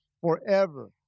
forever